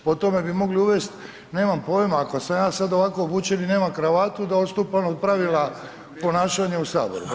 Po tome bi mogli uvesti nemam poima, ako sam ja sad ovako obučen i nemam kravatu da odstupam od pravila ponašanja u saboru.